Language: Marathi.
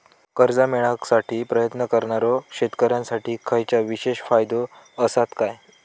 कर्जा मेळाकसाठी प्रयत्न करणारो शेतकऱ्यांसाठी खयच्या विशेष फायदो असात काय?